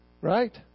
right